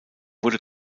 wurde